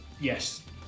yes